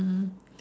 mm